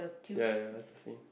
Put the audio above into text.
ya ya is the same